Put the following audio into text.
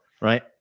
right